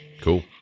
Cool